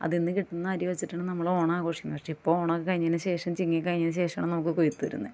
അതിൽ നിന്ന് കിട്ടുന്ന അരി വെച്ചിട്ടാണ് നമ്മൾ ഓണം ആഘോഷിക്കുന്നത് പക്ഷേ ഇപ്പോൾ ഓണം ഒക്കെ കഴിഞ്ഞതിന് ശേഷം ചിങ്ങം കഴിഞ്ഞതിന് ശേഷം ആണ് നമുക്ക് കൊയ്ത്ത് വരുന്നത്